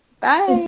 Bye